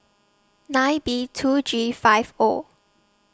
nine B two G five O